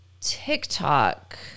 TikTok